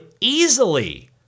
easily